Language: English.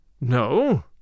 No